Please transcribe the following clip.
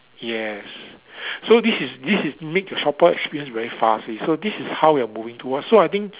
yes so this is this is makes the shopper experience very fast so this is how we are moving towards so I think